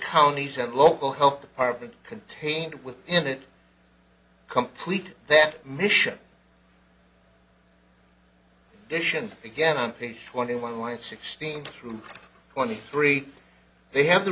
counties and local health department contained within it complete that mission dish and again on page twenty one line sixteen through twenty three they have the